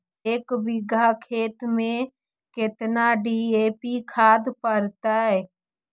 एक बिघा खेत में केतना डी.ए.पी खाद पड़तै?